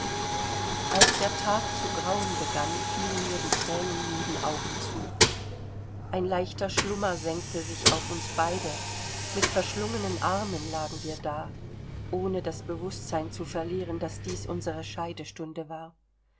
als der tag zu grauen begann fielen mir die thränenmüden augen zu ein leichter schlummer senkte sich auf uns beide mit verschlungenen armen lagen wir da ohne das bewußtsein zu verlieren daß dies unsere scheidestunde war